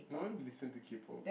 no why would I listen to K-Pop